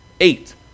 Eight